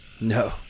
No